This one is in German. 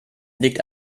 legt